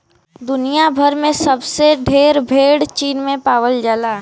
दुनिया भर में सबसे ढेर भेड़ चीन में पावल जाला